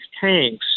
tanks